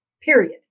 Period